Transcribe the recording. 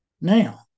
now